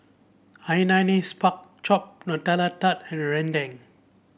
Hainanese Pork Chop Nutella Tart and rendang